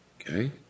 Okay